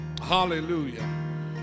Hallelujah